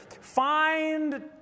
find